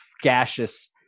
gaseous